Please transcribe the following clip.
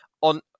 on